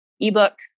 ebook